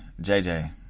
JJ